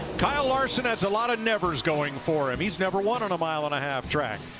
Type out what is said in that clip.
kyle larson has a lot of numbers going for him. he has never won on a mile and a half track.